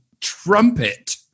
trumpet